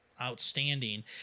outstanding